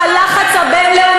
שהלחץ הבין-לאומי,